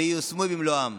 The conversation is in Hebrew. הן ייושמו במלואן.